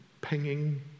pinging